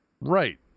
Right